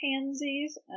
pansies